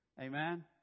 Amen